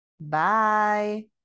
bye